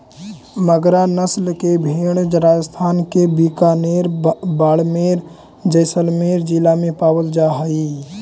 मगरा नस्ल के भेंड़ राजस्थान के बीकानेर, बाड़मेर, जैसलमेर जिला में पावल जा हइ